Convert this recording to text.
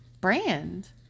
Brand